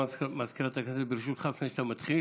מניעת הפעלת שירות רפואי בפריפריה.